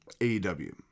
AEW